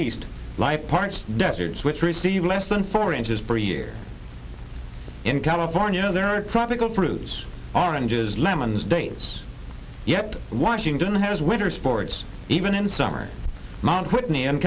east lie parts deserts which receive less than four inches per year in california there are tropical fruits oranges lemons dates yep washington has winter sports even in summer mount whitney